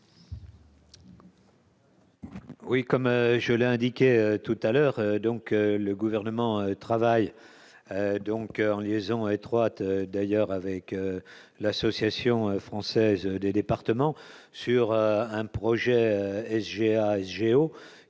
Oui, comme je l'indiquais tout à l'heure donc, le gouvernement travaille donc en liaison étroite d'ailleurs avec l'Association française des départements sur un projet SGS GO